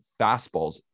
fastballs